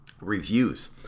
reviews